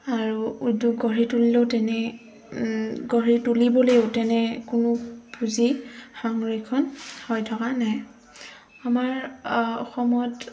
আৰু উদ্যোগ গঢ়ি তুলিলেও তেনে গঢ়ি তুলিবলৈও তেনে কোনো পুঁজি সংৰক্ষণ হৈ থকা নাই আমাৰ অসমত